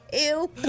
Ew